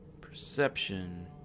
Perception